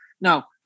Now